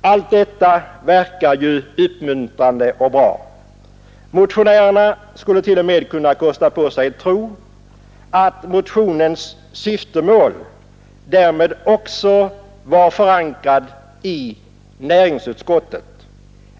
Allt detta verkar ju uppmuntrande och bra. Motionärerna skulle t.o.m. kunna kosta på sig att tro att motionens syfte därmed också hade förankring i näringsutskottet,